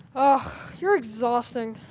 ah you're exhausting.